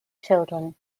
children